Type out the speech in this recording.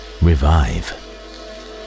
revive